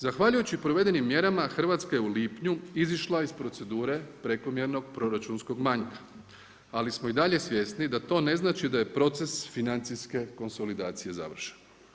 Zahvaljujući provedenim mjerama Hrvatska je u lipnju izašla iz procedure prekomjernog proračunskog manjka, ali smo i dalje svjesni da to ne znači da je proces financijske konsolidacije završen.